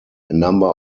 number